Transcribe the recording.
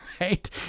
right